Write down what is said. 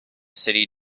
city